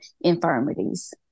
infirmities